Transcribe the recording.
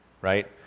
Right